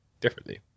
differently